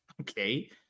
Okay